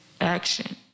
action